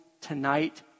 tonight